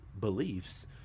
beliefs